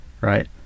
right